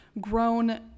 grown